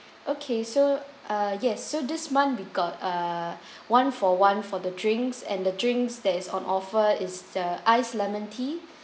okay so uh yes so this month we got err one for one for the drinks and the drinks that is on offer is the ice lemon tea